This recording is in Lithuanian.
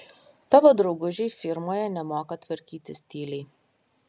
tavo draugužiai firmoje nemoka tvarkytis tyliai